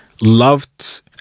loved